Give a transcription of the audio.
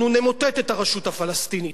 אנחנו נמוטט את הרשות הפלסטינית,